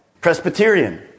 Presbyterian